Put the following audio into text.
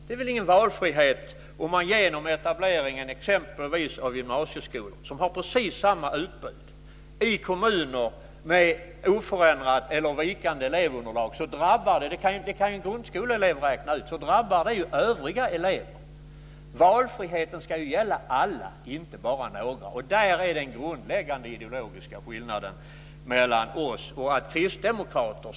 Det är väl ingen valfrihet om man etablerar exempelvis gymnasieskolor som har precis samma utbud i kommuner i oförändrat eller vikande elevunderlag? En grundskoleelev kan räkna ut att det drabbar övriga elever. Valfriheten ska gälla alla och inte bara några. Där är den grundläggande ideologiska skillnaden mellan oss och er kristdemokrater.